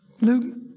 Luke